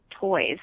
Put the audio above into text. toys